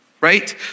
Right